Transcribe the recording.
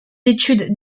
études